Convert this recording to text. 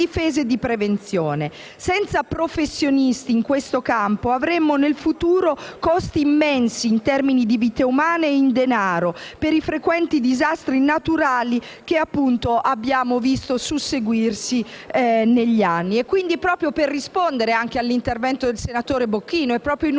Senza professionisti in questo campo avremmo nel futuro costi immensi in termini di vite umane e di denaro, per i frequenti disastri naturali che abbiamo visto susseguirsi negli anni. Per rispondere all'intervento del senatore Bocchino, è proprio in una